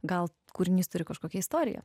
gal kūrinys turi kažkokią istoriją